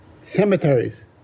Cemeteries